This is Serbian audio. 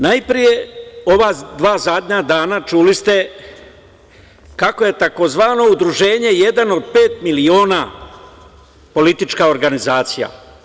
Najpre, ova dva zadnja dana, čuli ste, kako je takozvano udruženje „Jedan od pet miliona“ politička organizacija.